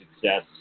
success